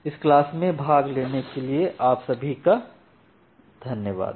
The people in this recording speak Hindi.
इस क्लास में भाग लेने के लिए आप सभी का धन्यवाद